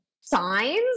Signs